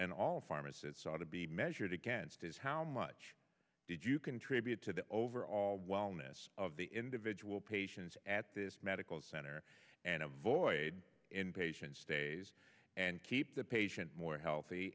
and all pharmacists ought to be measured against is how much did you contribute to the overall wellness of the individual patients at this medical center and avoid inpatient stays and keep the patient more healthy